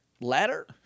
Ladder